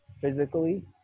physically